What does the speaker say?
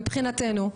מבחינתנו,